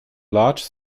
large